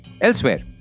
Elsewhere